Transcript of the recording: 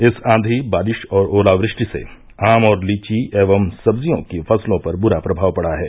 इस आंधी बारिश और ओलावृष्टि से आम और लीची एवं सब्जियों की फसलों पर बुरा प्रभाव पड़ा है